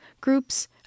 groups